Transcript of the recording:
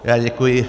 Já děkuji.